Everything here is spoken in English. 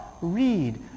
read